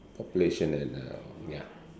population and uh ya